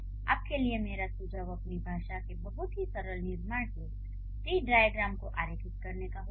आपके लिए मेरा सुझाव अपनी भाषा के बहुत ही सरल निर्माणों के ट्री डाइअग्रैम को आरेखित करने का होगा